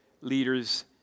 leaders